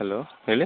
hello ಹೇಳಿ